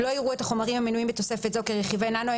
לא יראו את החומרים המנויים בתוספת זו כרכיבי ננו,